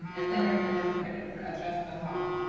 and then and then we can address them all.